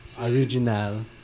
Original